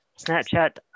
Snapchat